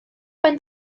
ben